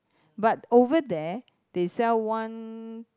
but over there they sell one